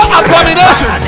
abomination